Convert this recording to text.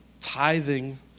Tithing